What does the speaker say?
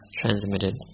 transmitted